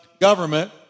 government